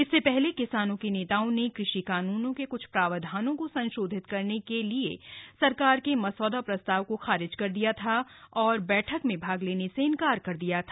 इससे पहले किसानों के नेताओं ने कृषि कानूनों के कुछ प्रावधानों को संशोधित करने के सरकार के मसौदा प्रस्ताव को खारिज कर दिया था और बैठक में भाग लेने से इंकार कर दिया था